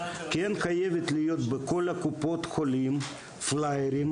כן חייבים להיות בכל קופות החולים פליירים